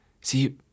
See